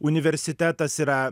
universitetas yra